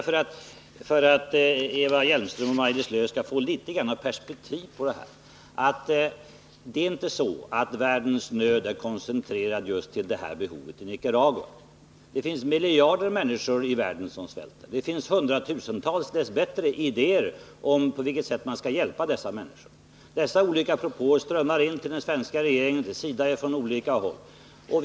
För att Eva Hjelmström och Maj-Lis Lööw skall få litet perspektiv på frågan vill jag säga att det inte är så, att världens nöd är koncentrerad till just det här behovet i Nicaragua. Miljarder människor i världen svälter. Dess bättre finns det också hundratusentals idéer om hur man skall hjälpa dessa människor. De olika propåerna strömmar från olika håll in till den svenska regeringen och till SIDA.